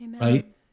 right